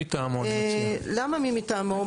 למה מי מטעמו?